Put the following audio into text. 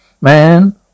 Man